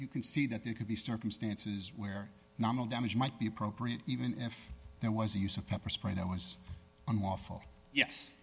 you can see that there could be circumstances where normal damage might be appropriate even if there was a use of pepper spray that was